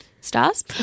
stars